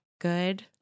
good